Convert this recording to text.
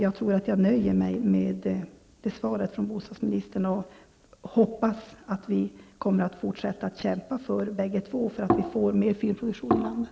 Jag nöjer mig med det svaret från bostadsministern och hoppas att vi bägge två kommer att fortsätta kämpa för en större filmproduktion i landet.